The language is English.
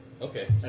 Okay